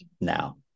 now